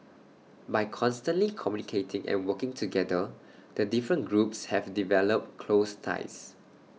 by constantly communicating and working together the different groups have developed close ties